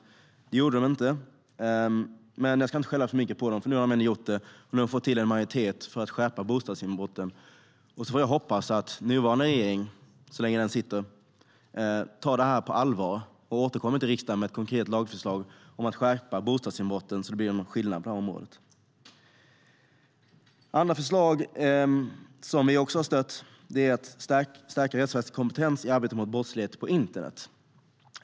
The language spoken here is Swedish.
Det gjorde de inte, men jag ska inte skälla för mycket på dem eftersom de nu ändå gjort det. Nu har de fått till en majoritet för att skärpa straffen för bostadsinbrott. Jag får hoppas att nuvarande regering, så länge den sitter, tar det på allvar och återkommer till riksdagen med ett konkret lagförslag om att skärpa straffet för bostadsinbrott så att det blir en skillnad på det området. Andra förslag som vi också har stött är att stärka rättsväsendets kompetens i arbetet mot brottslighet på internet.